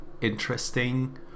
interesting